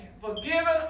forgiven